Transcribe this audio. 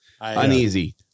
Uneasy